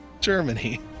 Germany